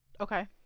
Okay